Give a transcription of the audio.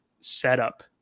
setup